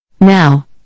Now